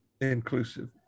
inclusive